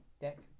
Deck